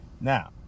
Now